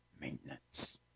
maintenance